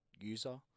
user